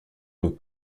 ont